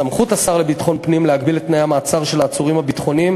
סמכות השר לביטחון פנים להגביל את תנאי המעצר של העצורים הביטחוניים